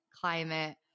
climate